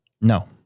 No